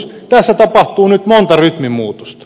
tässä tapahtuu nyt monta rytminmuutosta